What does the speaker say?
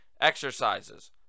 exercises